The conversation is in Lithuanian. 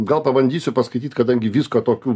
gal pabandysiu paskaityt kadangi visko tokių